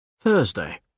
Thursday